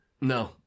No